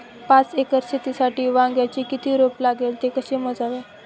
पाच एकर शेतीसाठी वांग्याचे किती रोप लागेल? ते कसे मोजावे?